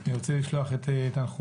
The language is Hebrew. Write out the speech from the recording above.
אני רוצה לשלוח את תנחומיי,